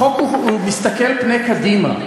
החוק מסתכל קדימה.